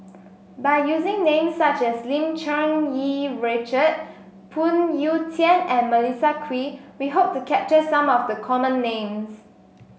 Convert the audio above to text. by using names such as Lim Cherng Yih Richard Phoon Yew Tien and Melissa Kwee we hope to capture some of the common names